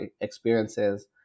experiences